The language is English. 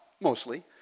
mostly